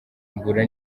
mbura